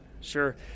sure